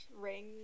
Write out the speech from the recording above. ring